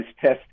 test